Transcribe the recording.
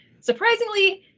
surprisingly